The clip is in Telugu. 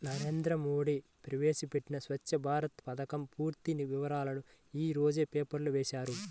నరేంద్ర మోడీ ప్రవేశపెట్టిన స్వఛ్చ భారత్ పథకం పూర్తి వివరాలను యీ రోజు పేపర్లో వేశారు